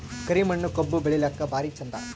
ಕರಿ ಮಣ್ಣು ಕಬ್ಬು ಬೆಳಿಲ್ಲಾಕ ಭಾರಿ ಚಂದ?